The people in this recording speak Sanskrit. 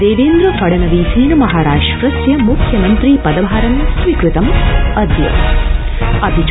देवेन्द्र फडणवीसेन महाराष्ट्रस्य मुख्यमन्त्री पदभारं स्वीकृतमदय